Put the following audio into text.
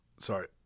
Sorry